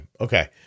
Okay